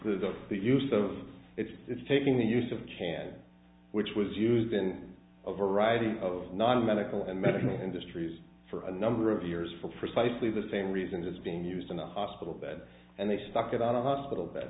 because of the use of it's taking the use of chance which was used in a variety of non medical and medical industries for a number of years for precisely the same reasons as being used in a hospital bed and they stuck it out of hospital